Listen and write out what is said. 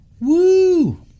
Woo